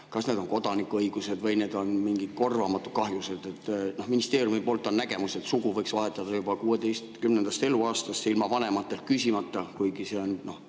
Kas need on kodanikuõigused või [see] on mingi korvamatu kahju [tõttu]? Ministeeriumi poolt on nägemus, et sugu võiks vahetada juba 16. eluaastast ilma vanematelt küsimata, kuigi see on